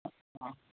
ꯑꯥ